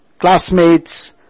classmates